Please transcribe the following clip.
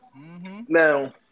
Now